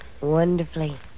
Wonderfully